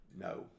No